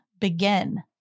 begin